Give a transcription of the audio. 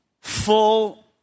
full